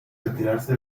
retirarse